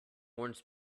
warns